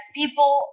people